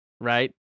right